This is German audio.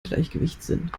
gleichgewichtssinn